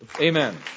Amen